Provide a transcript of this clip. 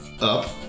Up